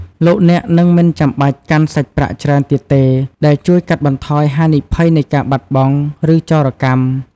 លោកអ្នកនឹងមិនចាំបាច់កាន់សាច់ប្រាក់ច្រើនទៀតទេ ដែលជួយកាត់បន្ថយហានិភ័យនៃការបាត់បង់ ឬចោរកម្ម។